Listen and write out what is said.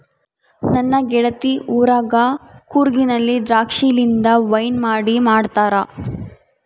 ನನ್ನ ಗೆಳತಿ ಊರಗ ಕೂರ್ಗಿನಲ್ಲಿ ದ್ರಾಕ್ಷಿಲಿಂದ ವೈನ್ ಮಾಡಿ ಮಾಡ್ತಾರ